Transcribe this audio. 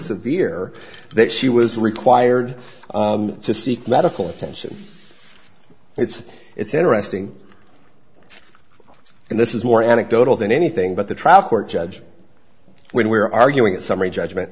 severe that she was required to seek medical attention it's it's interesting and this is more anecdotal than anything but the trial court judge when we're arguing that summary judgment